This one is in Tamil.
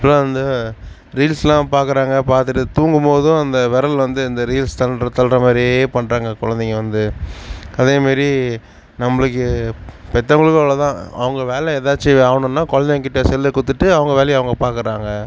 இப்போலாம் வந்து ரீல்ஸ்லாம் பாக்கிறாங்க பார்த்துட்டு தூங்கும் போதும் அந்த விரல் வந்து இந்த ரீல்ஸ் தள்ளுற தள்ளுற மாதிரியே பண்ணுறாங்க கொழந்தைங்க வந்து அதே மாதிரி நம்மளுக்கு பெற்றவங்களுக்கு அவ்வளோ தான் அவங்கள் வேலை ஏதாச்சும் ஆகணுன்னா குழந்தைங்க கிட்டே செல்லை கொடுத்துட்டு அவங்கள் வேலையை அவங்கள் பாக்கிறாங்க